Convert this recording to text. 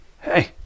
hey